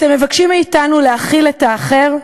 אתם מבקשים מאתנו להכיל את האחר,